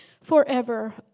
forever